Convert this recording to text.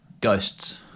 Ghosts